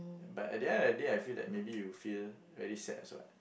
but at the end of the day I feel that maybe you feel very sad also what